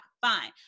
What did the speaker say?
Fine